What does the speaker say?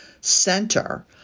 center